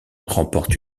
remportent